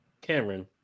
Cameron